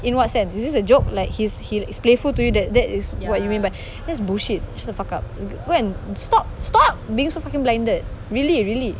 in what sense is this a joke like he's he's like playful to you that that is what you mean by that's bullshit shut the fuck up go and stop stop being so fucking blinded really really